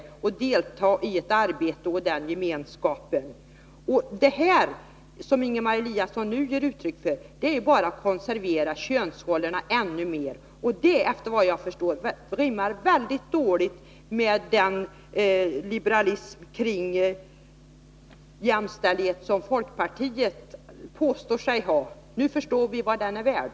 Man skall kunna delta i ett arbete och den gemenskap som detta medför. Det som Ingemar Eliasson nu ger uttryck för är en ytterligare konservering av könsrollerna. Såvitt jag förstår rimmar det väldigt dåligt med den liberalism beträffande jämställdheten som folkpartiet påstår sig arbeta för. Nu förstår vi vad den är värd.